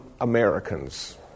Americans